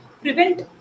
prevent